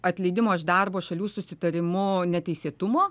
atleidimo iš darbo šalių susitarimu neteisėtumo